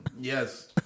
Yes